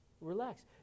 Relax